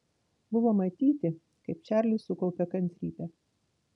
buvo matyti kaip čarlis sukaupia kantrybę